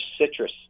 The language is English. citrus